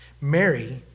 Mary